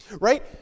Right